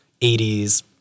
80s